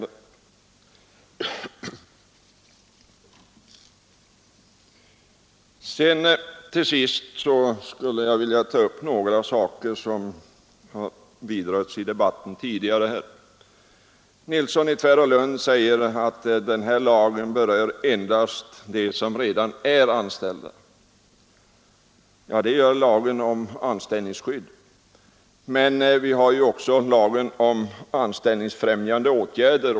Jag skulle till sist vilja ta upp några saker som tidigare har vidrörts i debatten. Herr Nilsson i Tvärålund säger att lagbestämmelserna endast berör dem som redan är anställda. Ja, det är fallet med lagen om anställningsskydd, men vi har ju också att ta ställning till lagen om anställningsfrämjande åtgärder.